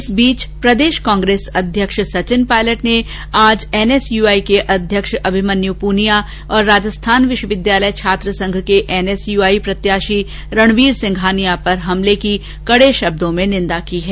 इस बीच प्रदेश कांग्रेस अध्यक्ष सचिन पायलट ने आज एनएसयूआई के अध्यक्ष अभिमन्यू पूनिया और राजस्थान विश्वविद्यालय छात्रसंघ के एनएसयूआई प्रत्याशी रणवीर सिंघानिया पर हमले की कड़े शब्दों में निन्दा की है